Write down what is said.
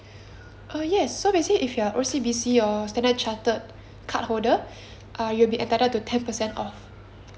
uh yes so basically if you are O_C_B_C or standard chartered cardholder uh you'll be entitled to ten percent off